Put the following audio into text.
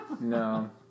No